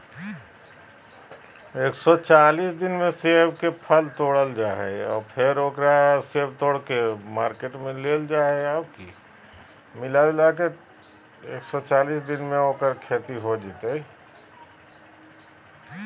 एक सौ चालीस दिना मे सेब के फल बड़ा हो जा हय, फेर सेब तोड़ लेबल जा हय